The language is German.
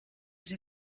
sie